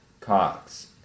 Cox